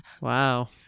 Wow